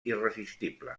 irresistible